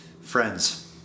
Friends